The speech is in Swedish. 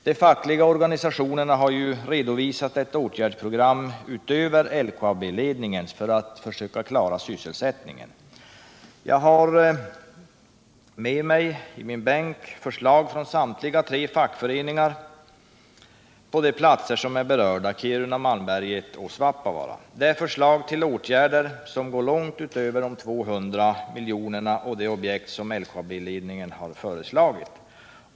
De fackliga organisationerna har redovisat ett åtgärdsprogram vid sidan av LKAB-ledningens för att därmed försöka klara sysselsättningen. Jag har i min bänk förslag från samtliga tre fackföreningar på de platser som är berörda: Kiruna, Malmberget och Svappavaara. Det är förslag till åtgärder som går långt utöver de 200 miljonerna och de objekt som LKAB-ledningen har föreslagit.